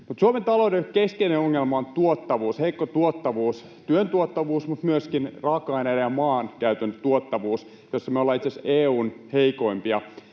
Suomen talouden keskeinen ongelma on tuottavuus, heikko tuottavuus, työn tuottavuus, mutta myöskin raaka-aineiden ja maankäytön tuottavuus, jossa me ollaan itse asiassa EU:n heikoimpia.